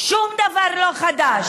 שום דבר לא חדש.